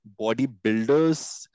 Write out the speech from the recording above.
bodybuilders